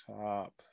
top